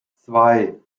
zwei